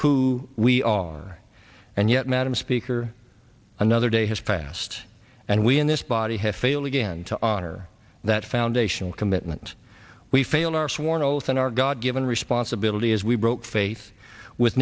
who we are and yet madam speaker another day has passed and we in this body have failed again to honor that foundational commitment we failed our sworn oath in our god given responsibility as we broke faith with